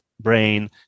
brain